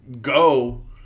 go